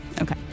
Okay